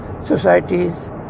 societies